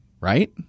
right